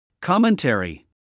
Commentary